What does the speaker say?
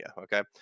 okay